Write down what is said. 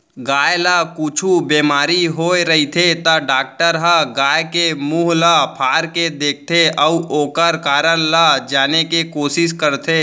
गाय ल कुछु बेमारी होय रहिथे त डॉक्टर ह गाय के मुंह ल फार के देखथें अउ ओकर कारन ल जाने के कोसिस करथे